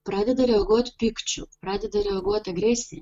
pradeda reaguot pykčiu pradeda reaguot agresija